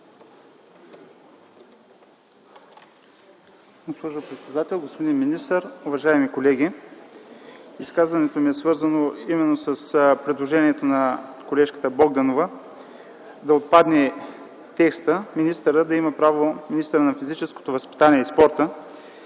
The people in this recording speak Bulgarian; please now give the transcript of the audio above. господин министър, уважаеми колеги! Изказването ми е свързано с предложението на колежката Богданова – да отпадне правомощието на министъра на физическото възпитание и спорта